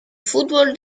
fútbol